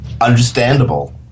understandable